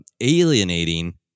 alienating